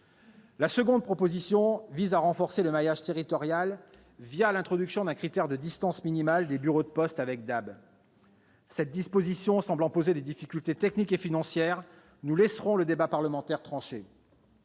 La seconde proposition vise à renforcer le maillage territorial, l'introduction d'un critère de distance minimale des bureaux de poste dotés de DAB. Cette disposition semblant poser des difficultés techniques et financières, nous laisserons le débat parlementaire trancher.